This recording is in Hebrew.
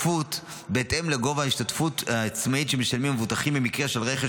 בהתאם לגובה ההשתתפות העצמית שמשלמים מבוטחים במקרה של רכש